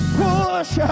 push